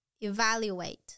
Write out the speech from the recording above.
Evaluate